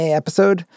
episode